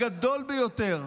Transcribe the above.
הגדול ביותר,